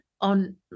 on